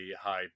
high